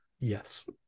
yes